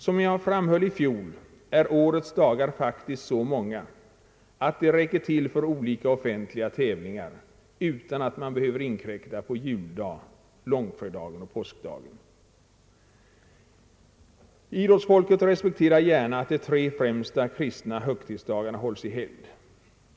Som jag framhöll i fjol är årets dagar faktiskt så många att de räcker till för olika offentliga tävlingar utan att man behöver inkräkta på juldagen, långfredagen och påskdagen. Idrottsfolket respekterar gärna att de tre främsta kristna högtidsdagarna hålls i helgd.